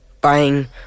buying